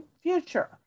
future